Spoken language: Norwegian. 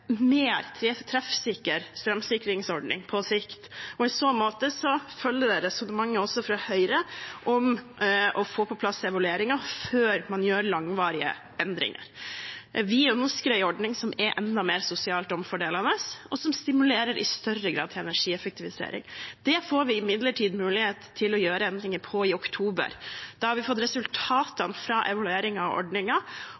mer treffsikker strømsikringsordning på sikt, og i så måte følger det resonnementet fra Høyre om å få på plass evalueringen før man gjør langvarige endringer. Vi ønsker en ordning som er enda mer sosialt omfordelende, og som i større grad stimulerer til energieffektivisering. Det får vi imidlertid mulighet til å gjøre endringer på i oktober. Da har vi fått